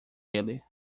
ele